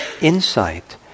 insight